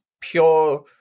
pure